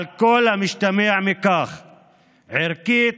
על כל המשתמע מכך ערכית,